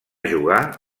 jugar